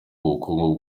ubukungu